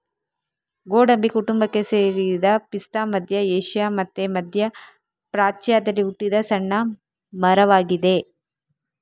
ಗೋಡಂಬಿ ಕುಟುಂಬಕ್ಕೆ ಸೇರಿದ ಪಿಸ್ತಾ ಮಧ್ಯ ಏಷ್ಯಾ ಮತ್ತೆ ಮಧ್ಯ ಪ್ರಾಚ್ಯದಲ್ಲಿ ಹುಟ್ಟಿದ ಸಣ್ಣ ಮರವಾಗಿದೆ